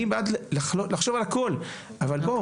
בואו